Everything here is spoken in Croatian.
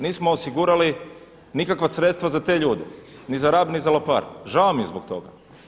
Nismo osigurali nikakva sredstva za te ljude ni za Rab ni za Lopar, žao mi je zbog toga.